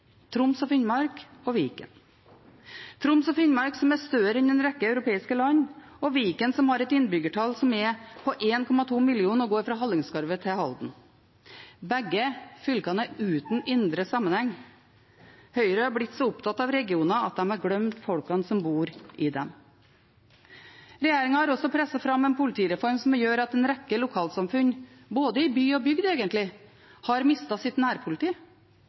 Troms og Finnmark og Viken – Troms og Finnmark, som er større enn en rekke europeiske land, og Viken, som har et innbyggertall på 1,2 millioner og går fra Hallingskarvet til Halden. Begge fylkene er uten indre sammenheng. Høyre er blitt så opptatt av regioner at de har glemt folket som bor i dem. Regjeringen har også presset fram en politireform som gjør at en rekke lokalsamfunn – både i by og bygd, egentlig – har mistet sitt nærpoliti.